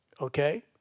Okay